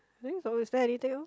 I think so is there anything else